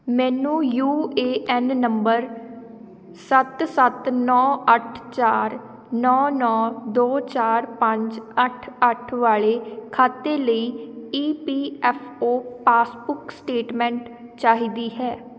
ਮੈਨੂੰ U A N number ਸੱਤ ਸੱਤ ਨੌਂ ਅੱਠ ਚਾਰ ਨੌਂ ਨੌਂ ਦੋ ਚਾਰ ਪੰਜ ਅੱਠ ਅੱਠ ਵਾਲੇ ਖਾਤੇ ਲਈ E P F O passbook statement ਚਾਹੀਦੀ ਹੈ